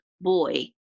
boy